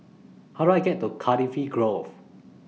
How Do I get to Cardifi Grove